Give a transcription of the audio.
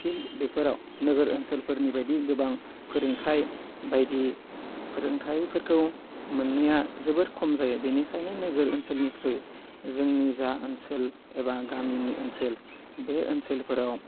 field बेफोराव नोगोर ओनसोलफोरनि बायदि गोबां फोरोंथाइ बायदि फोरोंथाइफोरखौ मोननाया जोबोर खम जायो बिनिखायनो नोगोर ओनसोलनिख्रुइ जोंनि जा ओनसोल एबा गामिनि ओनसोल बे ओनसोलफोराव